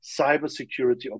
cybersecurity